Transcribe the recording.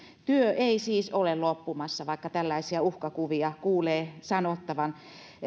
työ ei siis ole loppumassa vaikka tällaisia uhkakuvia kuulee sanottavan